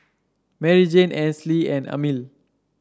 Maryjane Ansley and Amil